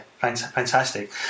fantastic